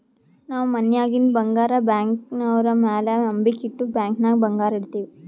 ನಾವ್ ಮನ್ಯಾಗಿಂದ್ ಬಂಗಾರ ಬ್ಯಾಂಕ್ನವ್ರ ಮ್ಯಾಲ ನಂಬಿಕ್ ಇಟ್ಟು ಬ್ಯಾಂಕ್ ನಾಗ್ ಬಂಗಾರ್ ಇಡ್ತಿವ್